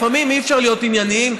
לפעמים אי-אפשר להיות ענייניים,